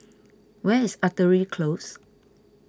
where is Artillery Close